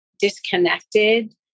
disconnected